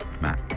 Matt